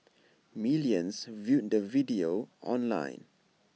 millions viewed the video online